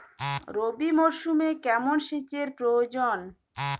রবি মরশুমে কেমন সেচের প্রয়োজন?